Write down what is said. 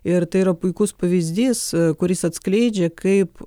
ir tai yra puikus pavyzdys kuris atskleidžia kaip